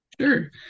Sure